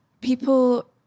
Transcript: people